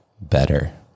better